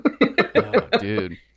Dude